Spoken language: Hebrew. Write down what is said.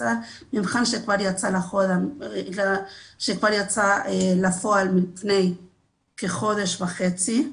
מבחן שכבר יצא לפועל לפני כחודש וחצי,